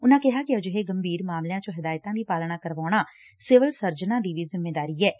ਉਨੂਾ ਕਿਹਾ ਕਿ ਅਜਿਹੇ ਗੰਭੀਰ ਮਾਮਲਿਆਂ ਚ ਹਦਾਇਤਾਂ ਦੀ ਪਾਲਣਾ ਕਰਵਾਉਣਾ ਸਿਵਲ ਸਰਜਨਾਂ ਦੀ ਵੀ ਜਿੰਮੇਦਾਰੀ ਐਂ